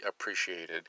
appreciated